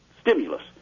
stimulus